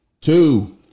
Two